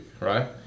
right